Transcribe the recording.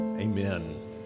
Amen